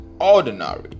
ordinary